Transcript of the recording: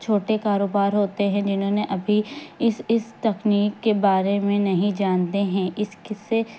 چھوٹے کاروبار ہوتے ہیں جنہوں نے ابھی اس اس تکنیک کے بارے میں نہیں جانتے ہیں اس کس سے